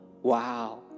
Wow